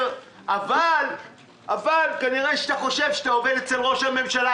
אבל כנראה שאתה חושב שאתה עובד אצל ראש הממשלה.